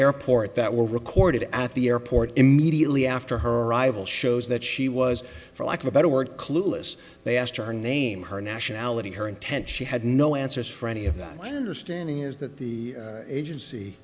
airport that were recorded at the airport immediately after her arrival shows that she was for lack of a better word clueless they asked her name her nationality her intent she had no answers for any of that understanding is that the agency